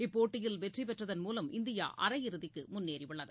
இப்போட்டியில் வெற்றிபெற்றதன் மூலம் இந்தியாஅரையிறுதிக்குமுன்னேறிஉள்ளது